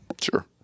Sure